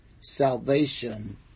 Salvation